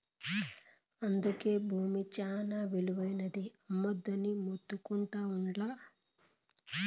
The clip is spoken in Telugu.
అందుకే బూమి శానా ఇలువైనది, అమ్మొద్దని మొత్తుకుంటా ఉండ్లా